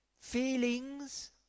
Feelings